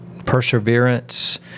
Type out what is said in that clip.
perseverance